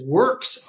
works